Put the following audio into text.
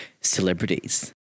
celebrities